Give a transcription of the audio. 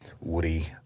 Woody